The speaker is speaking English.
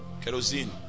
kerosene